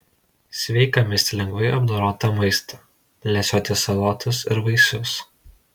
sveika misti lengvai apdorotą maistą lesioti salotas ir vaisius